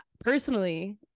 personally